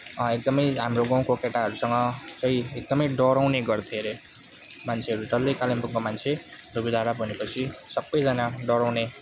एकदमै हाम्रो गाउँको केटाहरूसँग सबै एकदमै डराउने गर्थ्यो अरे मान्छे डल्लै कालिम्पोङको मान्छे धोबी धारा भनेपछि सबैजाना डराउने